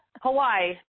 Hawaii